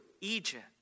Egypt